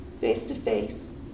face-to-face